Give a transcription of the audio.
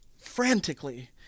frantically